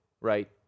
right